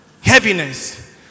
Heaviness